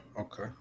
okay